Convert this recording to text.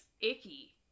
icky